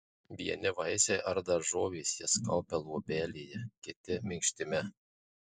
vieni vaisiai ar daržovės jas kaupia luobelėje kiti minkštime